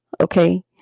okay